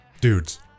Dudes